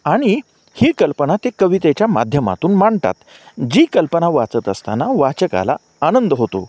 आणि ही कल्पना ते कवितेच्या माध्यमातून मांडतात जी कल्पना वाचत असताना वाचकाला आनंद होतो